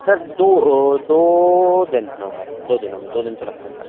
sir दो दोनों दिनों में दो दिनों में दो दिन तो लगते हैं सर